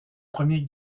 premier